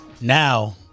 Now